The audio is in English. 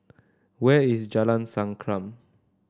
where is Jalan Sankam